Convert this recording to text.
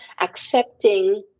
accepting